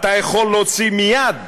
אתה יכול להוציא מייד,